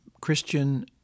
Christian